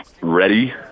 ready